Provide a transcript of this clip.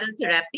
therapy